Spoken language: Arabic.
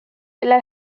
إلى